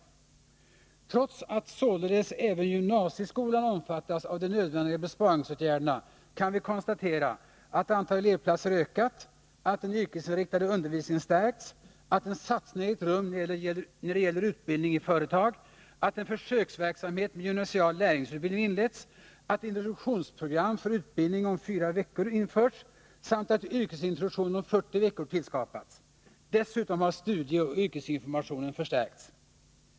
Trots att således även gymnasieskolan omfattats av de nödvändiga besparingsåtgärderna kan vi konstatera att antalet elevplatser ökat, att den yrkesinriktade undervisningen stärkts, att en satsning ägt rum när det gäller utbildning i företag, att en försöksverksamhet med gymnasial lärlingsutbildning inletts, att introduktionsprogram för utbildning om fyra veckor införts samt att yrkesintroduktion om fyrtio veckor tillskapats. Dessutom har studieoch yrkesinformationen förstärkts.